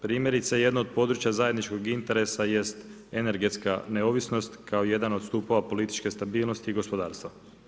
Primjerice, jedno od područja zajedničkog interesa jest energetska neovisnost kao jedan od stupova političke stabilnosti i gospodarstva.